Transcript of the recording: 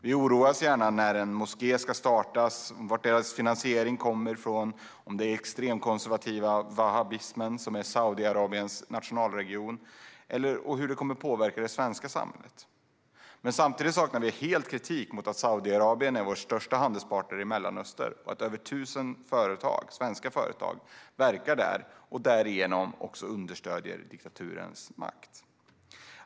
Vi oroar oss gärna när en moské ska startas, var finansieringen kommer från, om det är extremkonservativa wahhabismen, som är Saudiarabiens nationalreligion, som ligger bakom och hur det kommer att påverka det svenska samhället. Samtidigt saknar vi helt kritik mot att Saudiarabien är vår största handelspartner i Mellanöstern och att över tusen svenska företag verkar där och därigenom också understöder diktaturens makt.